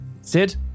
Sid